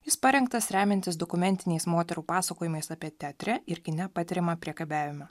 jis parengtas remiantis dokumentiniais moterų pasakojimais apie teatre ir kine patiriamą priekabiavimą